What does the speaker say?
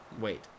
Wait